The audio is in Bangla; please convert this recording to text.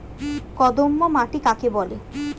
কর্দম মাটি কাকে বলে?